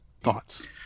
thoughts